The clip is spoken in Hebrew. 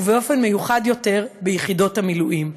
ובאופן מיוחד יותר ביחידות המילואים,